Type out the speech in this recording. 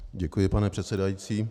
Děkuji, pane předsedající.